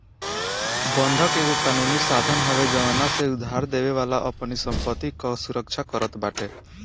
बंधक एगो कानूनी साधन हवे जवना से उधारदेवे वाला अपनी संपत्ति कअ सुरक्षा करत बाटे